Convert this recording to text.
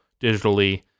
digitally